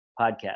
podcast